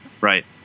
right